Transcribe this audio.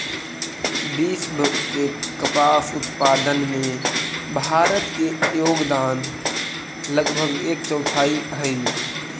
विश्व के कपास उत्पादन में भारत के योगदान लगभग एक चौथाई हइ